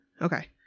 okay